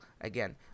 again